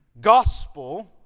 gospel